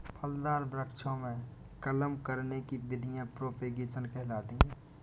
फलदार वृक्षों में कलम करने की विधियां प्रोपेगेशन कहलाती हैं